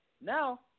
now